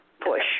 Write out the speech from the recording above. push